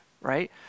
right